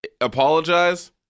apologize